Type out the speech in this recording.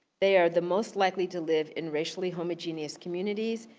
they are the most likely to live in racially homogeneous communities,